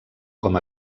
com